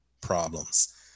problems